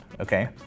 okay